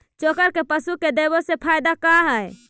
चोकर के पशु के देबौ से फायदा का है?